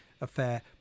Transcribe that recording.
affair